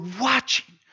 watching